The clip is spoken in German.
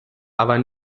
aber